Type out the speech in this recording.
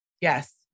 Yes